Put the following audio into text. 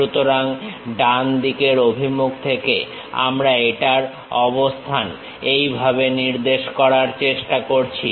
সুতরাং ডান দিকের অভিমুখ থেকে আমরা এটার অবস্থান এইভাবে নির্দেশ করার চেষ্টা করছি